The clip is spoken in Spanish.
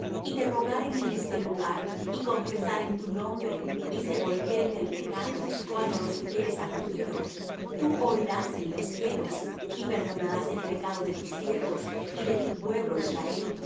y te rogaren en este lugar y confesaren tu nombre y se volvieren del pecado cuando los hubieres afligido tú oirás en los cielos y perdonarás el pecado de tus siervos y de tu pueblo israel